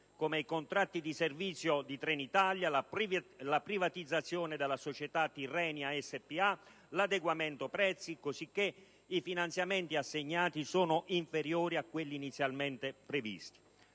come i contratti di servizio di Trenitalia, la privatizzazione della società Tirrenia SpA, l'adeguamento prezzi, di modo che i finanziamenti assegnati sono inferiori a quelli inizialmente previsti.